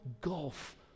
gulf